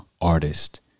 artist